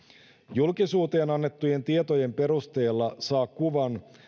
julkisuuteen annettujen tietojen perusteella saa kuvan